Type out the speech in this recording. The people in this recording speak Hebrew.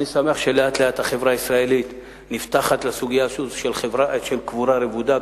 ואני שמח שלאט-לאט החברה הישראלית נפתחת לסוגיה של קבורה רבודה,